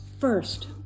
First